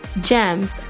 Gems